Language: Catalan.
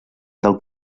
del